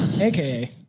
aka